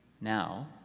now